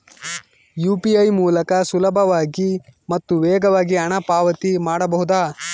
UPI ಮೂಲಕ ಸುಲಭವಾಗಿ ಮತ್ತು ವೇಗವಾಗಿ ಹಣ ಪಾವತಿ ಮಾಡಬಹುದಾ?